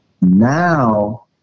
now